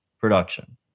production